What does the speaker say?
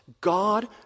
God